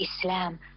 Islam